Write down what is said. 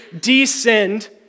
descend